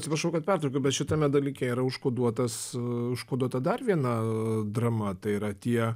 atsiprašau kad pertraukiu bet šitame dalyke yra užkoduotas užkoduota dar viena drama tai yra tie